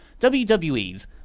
WWE's